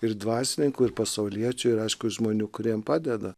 ir dvasininkų ir pasauliečių ir aišku žmonių kuriem padeda